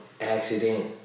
accident